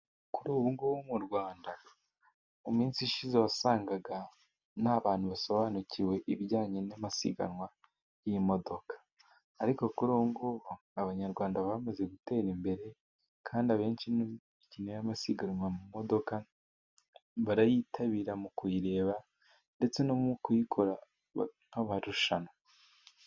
Kuri ubu ngubu mu Rwanda mu minsi ishize wasangaga nta bantu basobanukiwe ibijyanye n'amasiganwa y'imodoka, ariko kuri ubu ngubu Abanyarwanda bamaze gutera imbere, kandi abenshi ni mu imikino y'amasiganwa mu modoka. Barayitabira mu kuyireba, ndetse no mu kuyikora nk'abarushanwa.